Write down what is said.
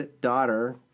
daughter